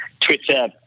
Twitter